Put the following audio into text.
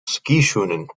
skischoenen